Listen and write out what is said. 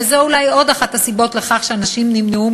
וזו אולי עוד אחת הסיבות לכך שאנשים נמנעו